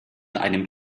einem